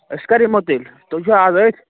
أسۍ کَر یِمو تیٚلہِ تُہۍ چھُوا آز أتھۍ